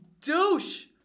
douche